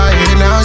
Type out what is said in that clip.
Now